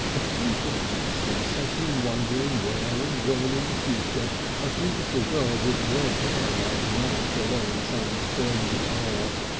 a freak of fancy set him wondering where and when in the future a beautiful girl with red hair might march along some splendid aisle.